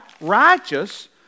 righteous